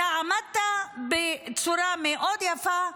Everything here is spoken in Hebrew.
אתה עמדת בצורה מאוד יפה,